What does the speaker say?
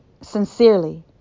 sincerely